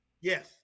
Yes